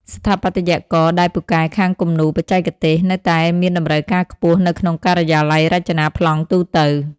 ស្ថាបត្យករដែលពូកែខាងគំនូរបច្ចេកទេស នៅតែមានតម្រូវការខ្ពស់នៅក្នុងការិយាល័យរចនាប្លង់ទូទៅ។